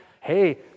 Hey